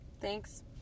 thanks